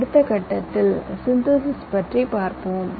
அடுத்த கட்டத்தில் சிந்தசிஸ் பற்றி பார்ப்போம்